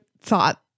thought